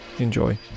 Enjoy